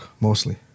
mostly